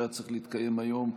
שהיה צריך להתקיים היום,